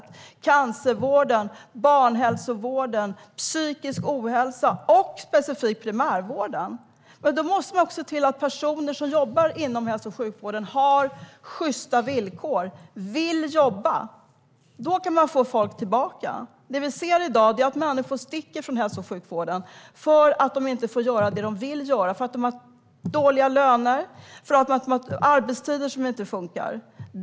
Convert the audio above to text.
Det handlar om cancervården, barnhälsovården, psykisk ohälsa och specifikt primärvården. Men då måste man också se till att personer som jobbar inom hälso och sjukvården har sjysta villkor och vill jobba. Då kan man få folk tillbaka. Det vi ser i dag är att människor sticker från hälso och sjukvården för att de inte får göra det de vill göra, för att de har dåliga löner och för att de har arbetstider som inte funkar.